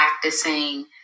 practicing